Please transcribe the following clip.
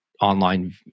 online